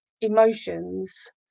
emotions